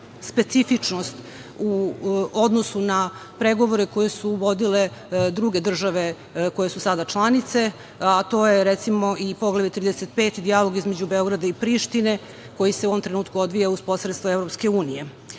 specifičnost u odnosu na pregovore koje su vodile druge države koje su sada članice, a to je, recimo, i Poglavlje 35 - dijalog između Beograda i Prištine, koji se u ovom trenutku odvija uz posredstvo EU. Međutim,